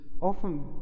often